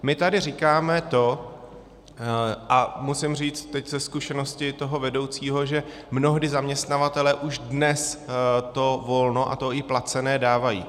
My tady říkáme to, a musím říct teď ze zkušenosti vedoucího, že mnohdy zaměstnavatelé už dnes volno, a to i placené, dávají.